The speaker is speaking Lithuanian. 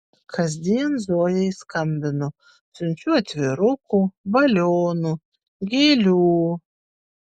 kasdien zojai skambinu siunčiu atvirukų balionų gėlių